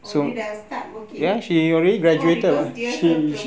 audit uh start working oh because dia belum